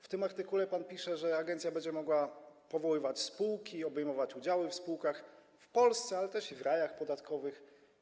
W tym artykule pisze pan, że agencja będzie mogła powoływać spółki, obejmować udziały w spółkach w Polsce, ale też w rajach podatkowych.